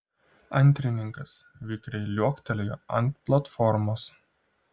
antrininkas vikriai liuoktelėjo ant platformos